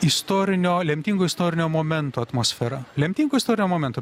istorinio lemtingo istorinio momento atmosferą lemtingo istorinio momento